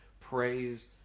praise